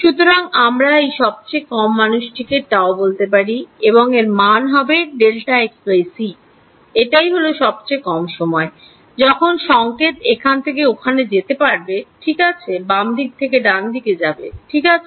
সুতরাং আমরা এই সবচেয়ে কম মানুষটিকে tau বলতে পারি এবং এর মান হবে Δxc এটাই হলো সবচেয়ে কম সময় যখন সংকেত এখান থেকে ওখানে যেতে পারবে ঠিক আছে বাম দিক থেকে ডান দিকে যাবে ঠিক আছে